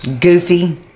Goofy